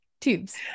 Tubes